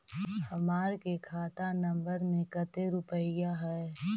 हमार के खाता नंबर में कते रूपैया है?